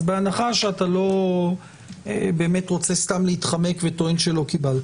בהנחה שאתה לא רוצה סתם להתחמק וטוען שלא קיבלת,